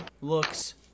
looks